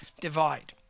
divide